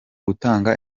gutanga